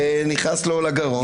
וזה נכנס לו לגרון.